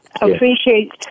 appreciate